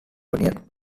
union